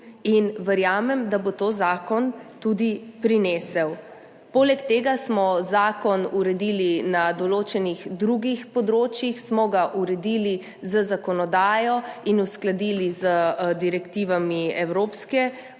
Verjamem, da bo to zakon tudi prinesel. Poleg tega smo zakon uredili, na določenih drugih področjih smo ga uredili z zakonodajo in uskladili z direktivami Evropske unije,